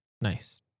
Nice